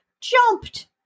jumped